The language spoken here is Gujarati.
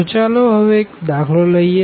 તો ચાલો હવે એક સાદો દાખલો લઈએ